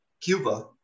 Cuba